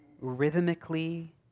rhythmically